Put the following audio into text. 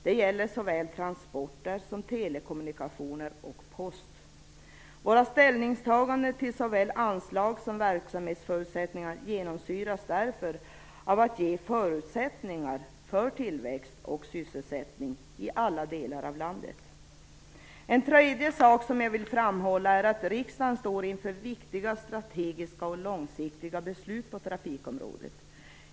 Det gäller såväl transporter som telekommunikationer och post. Våra ställningstaganden till såväl anslag som verksamhetsförutsättningar genomsyras därför av att ge förutsättningar för tillväxt och sysselsättning i alla delar av landet. För det tredje vill jag framhålla att riksdagen står inför viktiga strategiska och långsiktiga beslut på trafikområdet.